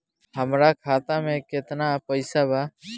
हमरा खाता में केतना पइसा बा?